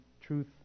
truth